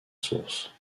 source